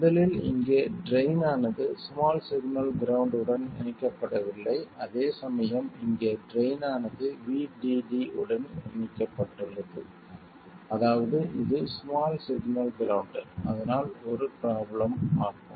முதலில் இங்கே ட்ரைன் ஆனது ஸ்மால் சிக்னல் கிரவுண்ட் உடன் இணைக்கப்படவில்லை அதேசமயம் இங்கே ட்ரைன் ஆனது VDD உடன் இணைக்கப்பட்டுள்ளது அதாவது இது ஸ்மால் சிக்னல் கிரவுண்ட் அதனால் ஒரு ப்ரோப்லம் ஆகும்